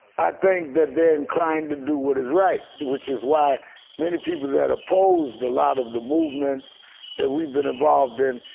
i think that they're inclined to do what is right, which is why many people that opposed a lot of the movements that we've been involved in,